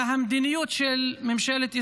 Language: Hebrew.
אלא המדיניות של ממשלת ישראל,